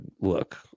look